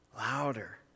louder